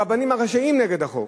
הרבנים הראשיים נגד החוק,